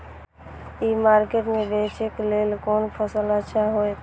ई market में बेचेक लेल कोन फसल अच्छा होयत?